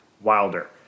Wilder